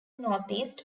northeast